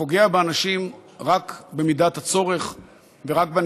ואין ספק שמקומו של